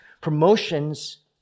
Promotions